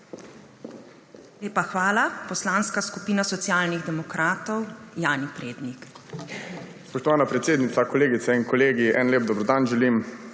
Lepa hvala. Poslanska skupina Socialnih demokratov, Jani Prednik. JANI PREDNIK (PS SD): Spoštovana predsednica, kolegice in kolegi, en lep dober dan želim!